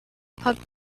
pub